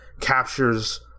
captures